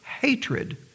hatred